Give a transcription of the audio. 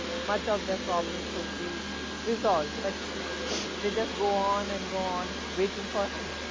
much of their problems will be resolved, but they just go on and go on waiting for him.